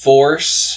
Force